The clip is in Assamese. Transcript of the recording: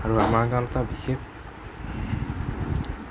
আৰু আমাৰ গাওঁত এটা বিশেষ